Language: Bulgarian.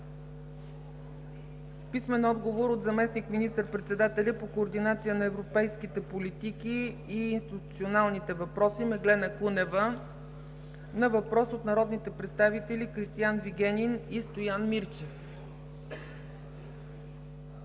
Филип Попов; - заместник министър-председателя по координация на европейските политики и институционалните въпроси Меглена Кунева на въпрос от народните представители Кристиан Вигенин и Стоян Мирчев;